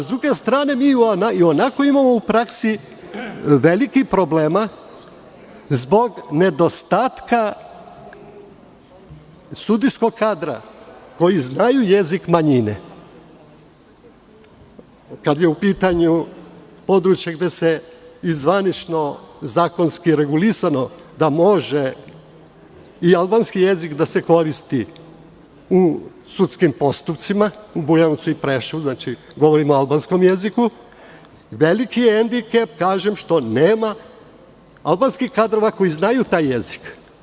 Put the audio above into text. S druge strane, mi ionako imamo u praksi velikih problema zbog nedostatka sudijskog kadra koji zna jezik manjina, kada je u pitanju područje gde se i zvanično, zakonski je regulisano da može i albanski jezik da se koristi u sudskim postupcima, u Bojanovcu i Preševu, govorim o albanskom jeziku, veliki je hendikep što nema albanskih kadrova koji znaju taj jezik.